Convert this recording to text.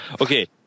okay